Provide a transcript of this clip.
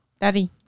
daddy